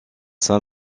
saint